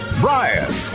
brian